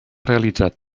realitzat